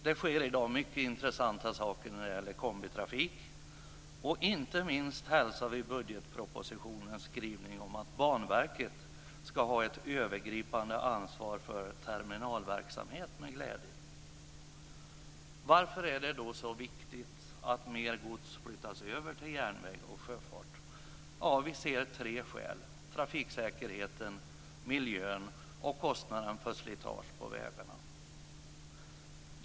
Det sker i dag mycket intressanta saker när det gäller kombitrafiken. Inte minst hälsar vi med glädje budgetpropositionens skrivning om att Banverket ska ha ett övergripande ansvar för terminalverksamheten. Varför är det då så viktigt att mer gods flyttas över till järnväg och sjöfart? Ja, vi ser tre skäl: trafiksäkerheten, miljön och kostnaden för slitage på vägarna.